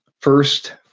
first